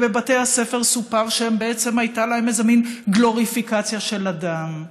ובבתי הספר סופר שבעצם הייתה להם איזה מין גלוריפיקציה של הדם.